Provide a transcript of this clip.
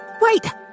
Wait